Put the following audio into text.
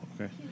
okay